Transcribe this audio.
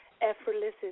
Effortless